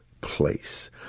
place